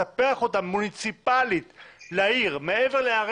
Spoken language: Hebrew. אנחנו מבינים את הצורך לתת יחידות דיור לעיר אלעד.